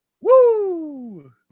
Woo